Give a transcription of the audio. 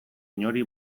inori